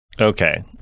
Okay